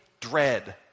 dread